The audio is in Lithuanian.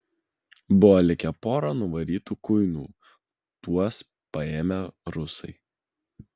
buvo likę pora nuvarytų kuinų tuos paėmę rusai